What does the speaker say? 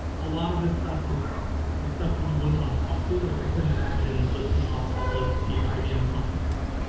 a lot of this stuff is is stuff that you wouldn't want to talk to. like i couldn't imagine listing off all of the ibm companies.